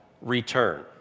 return